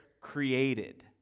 created